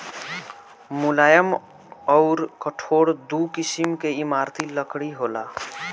मुलायम अउर कठोर दू किसिम के इमारती लकड़ी होला